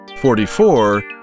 forty-four